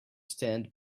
stand